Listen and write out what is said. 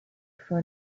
for